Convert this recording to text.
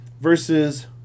versus